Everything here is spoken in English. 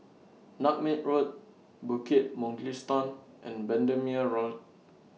Nutmeg Road Bukit Mugliston and Bendemeer Road